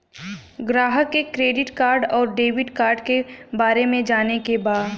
ग्राहक के credit card और डेविड कार्ड के बारे में जाने के बा?